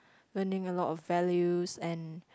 learning a lot of values and